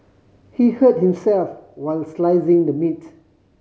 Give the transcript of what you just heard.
he hurt himself while slicing the meats